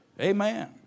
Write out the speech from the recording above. Amen